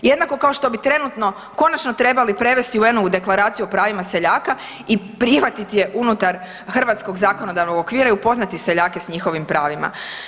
Jednako kao što bi trenutno, konačno trebali prevesti UN-ovu Deklaraciju o pravima seljaka i prihvatiti je unutar hrvatskog zakonodavnog okvira i upoznati seljake s njihovim pravima.